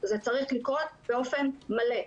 זה צריך לקרות באופן מלא.